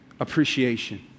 appreciation